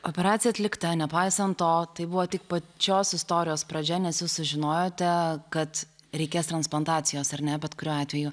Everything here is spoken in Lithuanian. operacija atlikta nepaisant to tai buvo tik pačios istorijos pradžia nes jūs sužinojote kad reikės transplantacijos ar ne bet kuriuo atveju